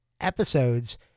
episodes